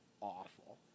awful